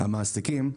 המעסיקים,